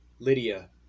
Lydia